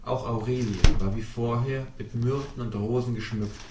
auch aurelie war wie vorher mit myrten und rosen geschmückt